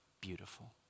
beautiful